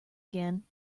again